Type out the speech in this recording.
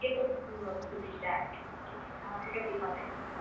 के कस्तो सुविधाहरू के के छ अलिकति बताइदिनु होस् न